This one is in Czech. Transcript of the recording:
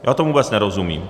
Já tomu vůbec nerozumím.